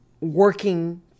working